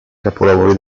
capolavori